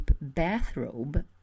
bathrobe